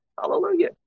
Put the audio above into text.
Hallelujah